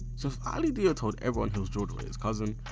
so if ali dia told everyone he was george weahs cousin,